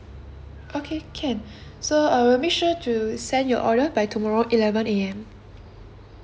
okay can so I will make sure to send your order by tomorrow eleven A_M